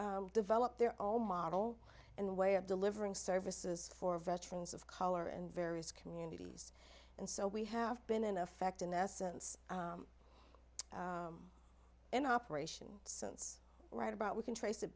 to develop their own model in the way of delivering services for veterans of color and various communities and so we have been in effect in essence in operation since right about we can trace it